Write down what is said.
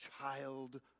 child